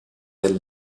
del